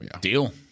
Deal